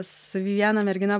su viena mergina